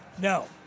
No